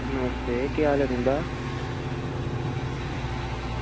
नमस्ते केह् हाल ऐ तुंदा